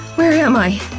where am i?